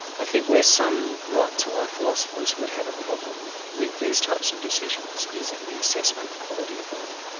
i think where some right to life philosophers would have a problem with these types of decisions, is in the assessment of quality of life.